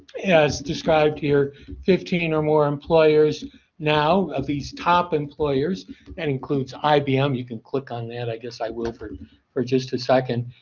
as described here fifteen or more employers now of these top employers and includes ibm. you can click on that. i guess, i will for for just a second.